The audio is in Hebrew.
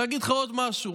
עכשיו אגיד לך עוד משהו: